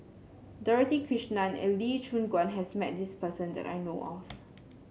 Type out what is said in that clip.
Dorothy Krishnan and Lee Choon Guan has met this person that I know of